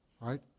right